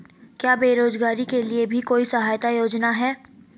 क्या बेरोजगारों के लिए भी कोई सहायता योजना है?